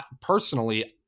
personally